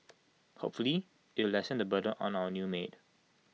hopefully it'll lessen the burden on our new maid